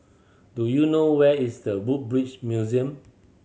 do you know where is The Woodbridge Museum